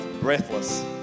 breathless